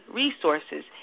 resources